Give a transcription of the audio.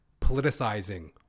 politicizing